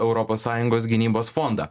europos sąjungos gynybos fondą